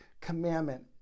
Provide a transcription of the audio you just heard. commandment